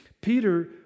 Peter